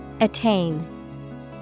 attain